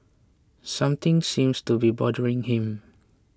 something seems to be bothering him